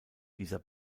dieser